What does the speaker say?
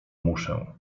muszę